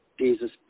Jesus